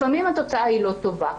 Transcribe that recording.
לפעמים התוצאה היא לא טובה.